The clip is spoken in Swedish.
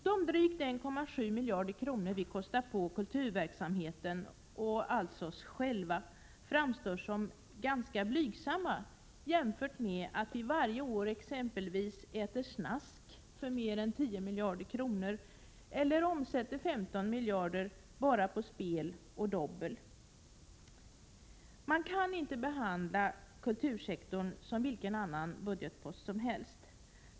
De drygt 1,7 miljarder kronor som vi kostar på kulturverksamheten och alltså oss själva framstår som ganska blygsamma jämfört med att vi exempelvis varje år äter snask för mer än 10 miljarder eller omsätter 15 miljarder bara på spel och dobbel. Man kan inte behandla kultursektorn som vilken annan budgetpost som helst.